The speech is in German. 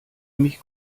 mich